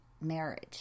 marriage